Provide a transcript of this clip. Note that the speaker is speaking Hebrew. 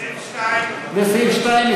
לסעיף 2. לסעיף 2,